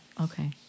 Okay